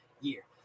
year